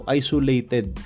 isolated